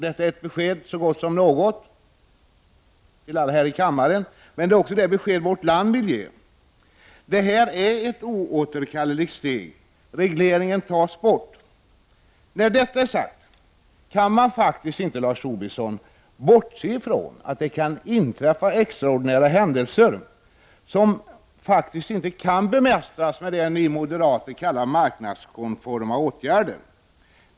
Det är ett besked så gott som något till alla här i kammaren. Men det här är också ett besked som, skulle jag vilja säga, vårt land vill ge. Det är ett oåterkalleligt steg. Regleringen tas alltså bort. Trots att detta är sagt kan man faktiskt inte, Lars Tobisson, bortse från att det kan inträffa extraordinära händelser som faktiskt inte kan bemästras med det som ni moderater kallar för marknadskonforma åtgärder.